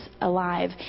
alive